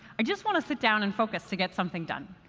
i just want to sit down and focus to get something done.